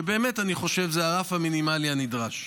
שבאמת אני חושב שזה הרף המינימלי הנדרש.